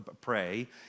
pray